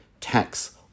tax